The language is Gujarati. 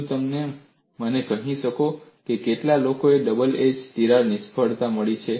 શું તમે મને કહી શકો કે કેટલા લોકોને ડબલ એજ તિરાડ નિષ્ફળ મળી છે